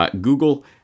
Google